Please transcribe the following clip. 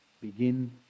Begin